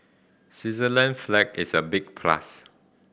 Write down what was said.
Switzerland flag is a big plus